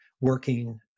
working